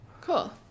Cool